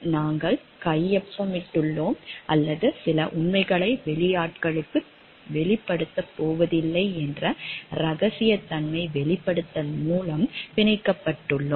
நாங்கள் கையொப்பமிட்டுள்ளோம் அல்லது சில உண்மைகளை வெளியாட்களுக்கு வெளிப்படுத்தப் போவதில்லை போன்ற ரகசியத்தன்மை வெளிப்படுத்தல் மூலம் பிணைக்கப்பட்டுள்ளோம்